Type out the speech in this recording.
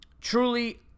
Truly